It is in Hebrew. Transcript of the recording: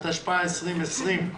התשפ"א-2020.